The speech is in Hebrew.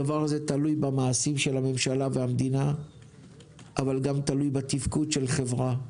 הדבר הזה תלוי במעשים של הממשלה והמדינה אבל גם תלוי בתפקוד של חברה.